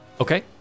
Okay